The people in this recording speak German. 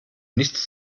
nichts